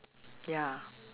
ya